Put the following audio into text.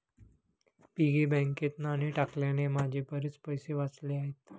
piggy बँकेत नाणी टाकल्याने माझे बरेच पैसे वाचले आहेत